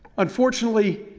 unfortunately,